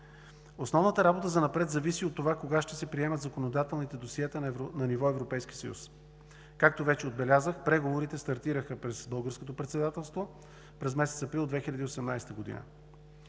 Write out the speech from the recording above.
Основната работа занапред зависи от това кога ще се приемат законодателните досиета на ниво Европейски съюз? Както вече отбелязах, преговорите стартираха през Българското председателство – месец април 2018 г.